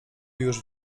już